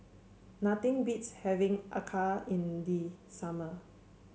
nothing beats having Acar in the summer